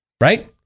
Right